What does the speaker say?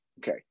okay